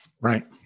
Right